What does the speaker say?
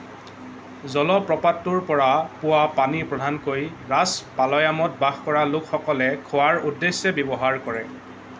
জলপ্ৰপাতটোৰ পৰা পোৱা পানী প্ৰধানকৈ ৰাজপালয়ামত বাস কৰা লোকসকলে খোৱাৰ উদ্দেশ্যে ব্যৱহাৰ কৰে